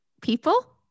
people